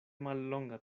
mallonga